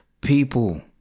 People